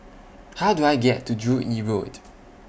How Do I get to Joo Yee Road